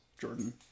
Jordan